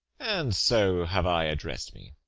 and so have i address'd me.